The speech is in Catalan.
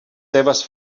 seves